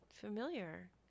familiar